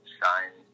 shine